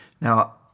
Now